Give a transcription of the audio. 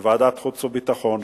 לוועדת החוץ והביטחון,